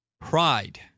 Pride